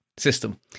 System